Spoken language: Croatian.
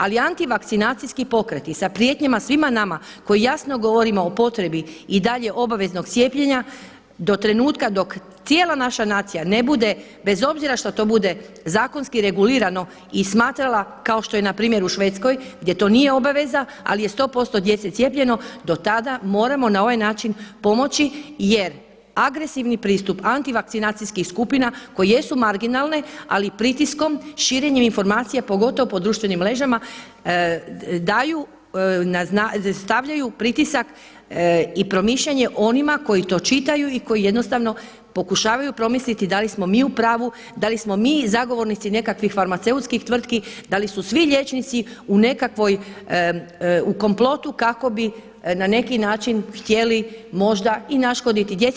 Ali antivakcinacijski pokreti sa prijetnjama svima nama koji jasno govorimo o potrebi i dalje obaveznog cijepljenja do trenutka dok cijela naša nacija ne bude bez obzira što to bude zakonski regulirano i smatrala kao što je npr. u Švedskoj gdje to nije obaveza ali je 100% djece cijepljeno, do tada moramo na ovaj način pomoći jer agresivni pristup antivakcinacijskih skupina koji jesu marginalne ali pritiskom, širenjem informacija pogotovo po društvenim mrežama stavljaju pritisak i promišljanje onima koji to čitaju i koji jednostavno pokušavaju promisliti da li smo mi u pravu, da li smo mi zagovornici nekakvih farmaceutskih tvrtki, da li su svi liječnici u nekakvoj, u komplotu kako bi na neki način htjeli možda i naškoditi djeci.